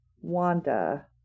Wanda